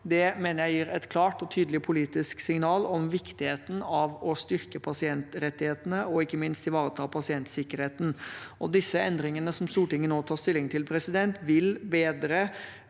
Det mener jeg gir et klart og tydelig politisk signal om viktigheten av å styrke pasientrettighetene og ikke minst ivareta pasientsikkerheten. Disse endringene Stortinget nå tar stilling til, vil bedre